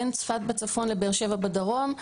בין צפת בצפון לבאר-שבע בדרום,